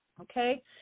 Okay